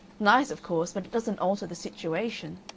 nice, of course. but it doesn't alter the situation.